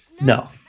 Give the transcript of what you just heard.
no